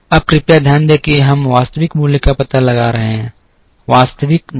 अब कृपया ध्यान दें कि हम वास्तविक मूल्य का पता लगा रहे हैं वास्तविक नहीं